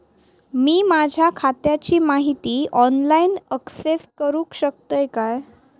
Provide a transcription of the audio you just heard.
मी माझ्या खात्याची माहिती ऑनलाईन अक्सेस करूक शकतय काय?